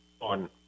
on